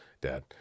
dad